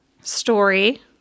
story